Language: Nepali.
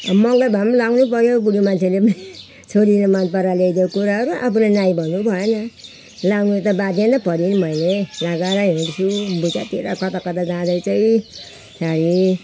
महँगै भए पनि नि लगाउनैपर्यो बुढीमान्छे पनि नि छोरीले मनपराएर ल्याइदिएको कुराहरू आफूले नाई भन्नुभएन लगाउनु त बाध्य नै पर्यो नि मैले लगाएर हिँड्छु बजारतिर कता कता जाँदा चाहिँ साडी